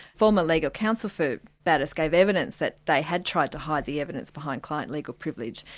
former legal counsel for batas gave evidence that they had tried to hide the evidence behind client legal privilege,